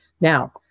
Now